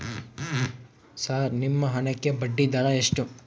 Sir ನಿಮ್ಮ ಹಣಕ್ಕೆ ಬಡ್ಡಿದರ ಎಷ್ಟು?